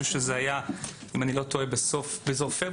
אני חושב שזה היה, אם אני לא טועה, בסוף מרץ.